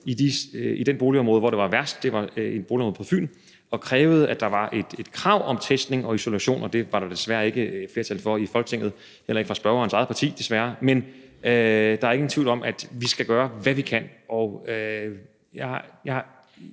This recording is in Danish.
i det boligområde, hvor det var værst – det var i et boligområde på Fyn – krævede, at der var testning og isolation, og det var der desværre ikke et flertal for i Folketinget, heller ikke fra spørgerens eget parti, desværre. Men der er ingen tvivl om, at vi skal gøre, hvad vi kan, og der er